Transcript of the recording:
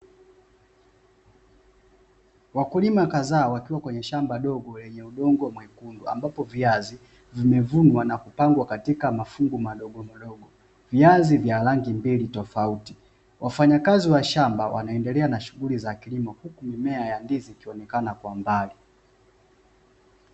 Wakulima kadhaa, wakiwa kwenye shamba dogo lenye udongo mwekundu ambapo viazi vimevunwa na kupangwa katika mafungu madogo madogo. Viazi vya rangi mbili tofauti. Wafanyakazi wa shamba wanaendelea na shughuli za kilimo huku mimea ya ndizi ikionekana kwa mbali.